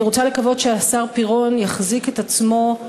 אני רוצה לקוות שהשר פירון יחזיק את עצמו,